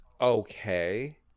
okay